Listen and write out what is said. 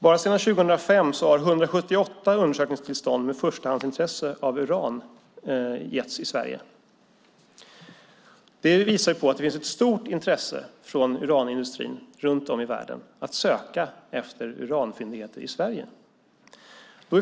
Bara sedan 2005 har 178 undersökningstillstånd med förstahandsintresse av uran getts i Sverige. Det visar att det finns ett stort intresse från uranindustrin runt om i världen att söka efter uranfyndigheter i Sverige.